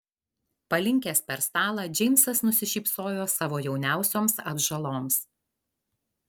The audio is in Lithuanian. palinkęs per stalą džeimsas nusišypsojo savo jauniausioms atžaloms